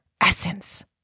essence